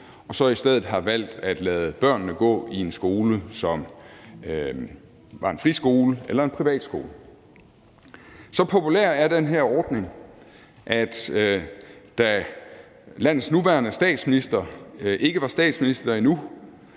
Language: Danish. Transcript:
og i stedet har valgt at lade børnene gå i en skole, som var en friskole eller en privatskole. Så populær er den her ordning, at selv om landets nuværende statsminister, da hun ikke var statsminister endnu,